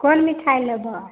कोन मिठाइ लेबह